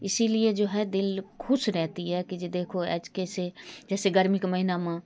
इसी लिए जो है दिल खुश रहता है कि जी देखो आज कैसे गर्मी के महीना में